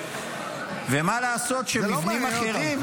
ומה לעשות שמבנים אחרים --- זה לא מעניין אותם,